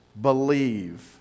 Believe